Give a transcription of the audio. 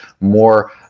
more